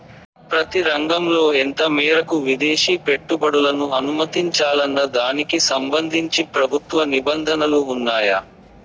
ప్రతి రంగంలో ఎంత మేరకు విదేశీ పెట్టుబడులను అనుమతించాలన్న దానికి సంబంధించి ప్రభుత్వ నిబంధనలు ఉన్నాయా?